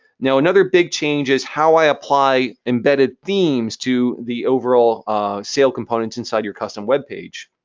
now, another big change is how i apply embedded themes to the overall sail components inside your custom web page.